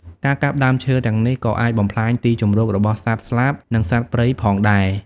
ការកាប់ដើមឈើទាំងនេះក៏អាចបំផ្លាញទីជម្រករបស់សត្វស្លាបនិងសត្វព្រៃផងដែរ។